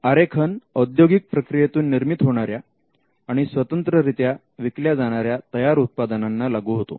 आरेखन औद्योगिक प्रक्रियेतून निर्मित होणाऱ्या आणि स्वतंत्ररीत्या विकल्या जाणाऱ्या तयार उत्पादनांना लागू होतो